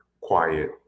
quiet